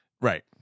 Right